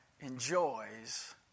enjoys